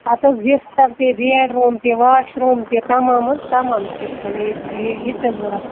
اَتھ حظ بستَر تہِ بیٚڈ روٗم تہِ واش روٗم تہِ تَمام حظ تَمام قسم ییٚتہِ یہِ یہِ ژےٚ ضرورَت